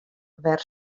wer